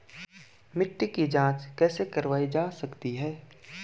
मिट्टी की जाँच कैसे करवायी जाती है?